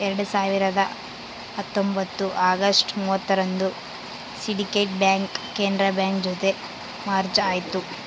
ಎರಡ್ ಸಾವಿರದ ಹತ್ತೊಂಬತ್ತು ಅಗಸ್ಟ್ ಮೂವತ್ತರಂದು ಸಿಂಡಿಕೇಟ್ ಬ್ಯಾಂಕ್ ಕೆನರಾ ಬ್ಯಾಂಕ್ ಜೊತೆ ಮರ್ಜ್ ಆಯ್ತು